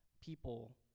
people